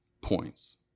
points